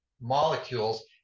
molecules